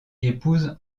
épouse